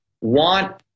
want